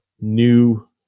new